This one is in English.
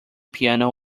piano